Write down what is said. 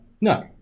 No